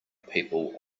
people